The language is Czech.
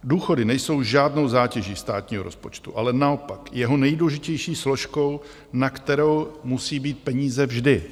Důchody nejsou žádnou zátěží státního rozpočtu, ale naopak jeho nejdůležitější složkou, na kterou musí být peníze vždy.